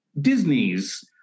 Disney's